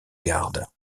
garde